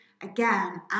again